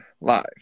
live